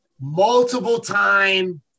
Multiple-time